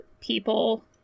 people